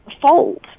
fault